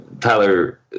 Tyler